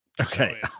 Okay